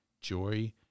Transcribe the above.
joy